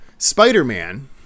Spider-Man